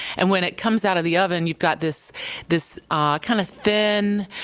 and when it comes out of the oven, you've got this this ah kind of thin,